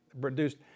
produced